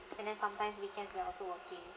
and then sometimes weekends we are also working